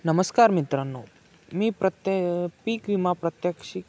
नमस्कार मित्रांनो मी प्रत्यय पीक विमा प्रात्यक्षिक